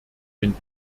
wenn